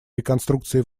реконструкции